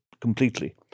completely